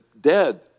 dead